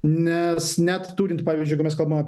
nes net turint pavyzdžiui jeigu mes kalbam apie